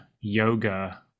yoga